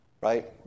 right